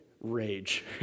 rage